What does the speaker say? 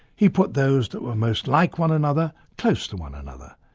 he put those that were most like one another, close to one another.